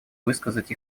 высказать